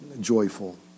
joyful